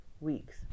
weeks